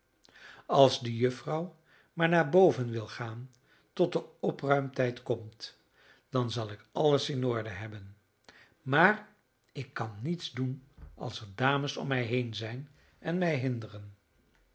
als de juffrouw maar naar boven wil gaan tot de opruimtijd komt dan zal ik alles in orde hebben maar ik kan niets doen als er dames om mij heen zijn en mij hinderen